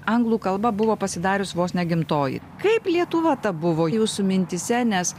anglų kalba buvo pasidarius vos ne gimtoji kaip lietuva ta buvo jūsų mintyse nes